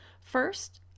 First